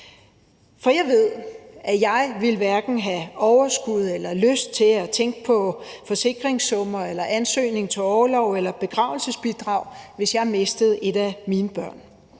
for jeg ved, at jeg hverken ville have overskud eller lyst til at tænke på forsikringssummer, ansøgning om orlov eller begravelsesbidrag, hvis jeg mistede et af mine børn.